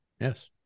Yes